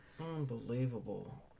Unbelievable